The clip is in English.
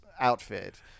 outfit